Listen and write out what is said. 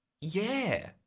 Yeah